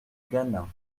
gannat